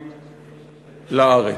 הגיעו לארץ.